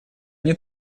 они